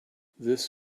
this